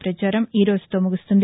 ప్రపచారం ఈ రోజుతో ముగుస్తుంది